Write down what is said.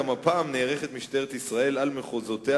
גם הפעם נערכת משטרת ישראל על מחוזותיה,